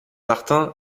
martin